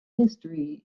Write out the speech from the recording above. history